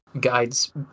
guides